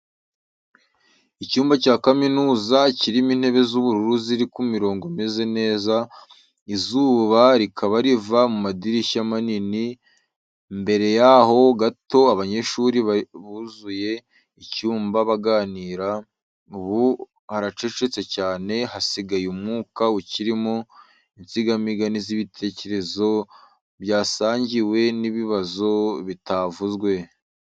Icyumba cya kaminuza kirimo intebe z’ubururu ziri ku mirongo imeze neza, izuba rikaba riva mu madirishya manini, mbere yaho gato abanyeshuri bari buzuye icyumba baganira, ubu haracecetse cyane, hasigaye umwuka ukirimo insigamigani z’ibitekerezo byasangiwe n’ibibazo bitavuzwe.